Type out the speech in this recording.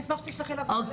אשמח שתשלחי לוועדה.